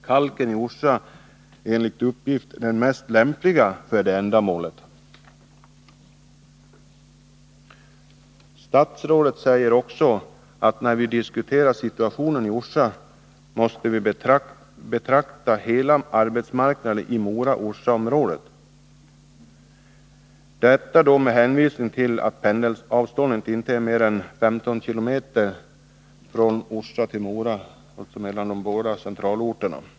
Kalken i Orsa är enligt uppgift den lämpligaste för det ändamålet. Statsrådet säger också att när vi diskuterar situationen i Orsa måste vi betrakta hela arbetsmarknaden i Mora-Orsa-området. Detta sker med hänvisning till att pendlingsavståndet inte är mer än 15 km mellan de båda centralorterna.